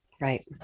right